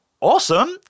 awesome